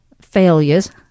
failures